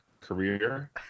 career